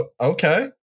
okay